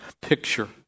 picture